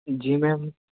جی میم